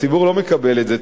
הציבור לא מקבל את זה,